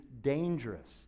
dangerous